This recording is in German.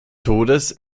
todes